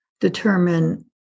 determine